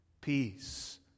peace